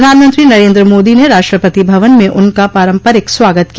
प्रधानमंत्री नरेन्द्र मोदी ने राष्ट्रपति भवन में उनका पारम्परिक स्वागत किया